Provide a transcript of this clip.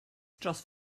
dros